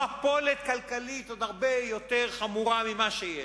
מפולת כלכלית עוד הרבה יותר חמורה ממה שיש.